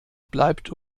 bleibt